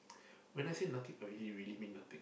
when I say nothing I really really mean nothing